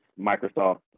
Microsoft